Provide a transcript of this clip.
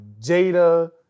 Jada